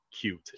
cute